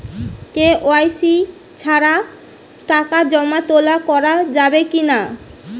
KYC ছাড়া টাকা জমা তোলা করা যাবে কি না?